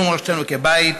זו מורשתנו כבית,